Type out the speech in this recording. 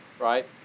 Right